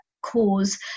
Cause